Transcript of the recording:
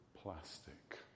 plastic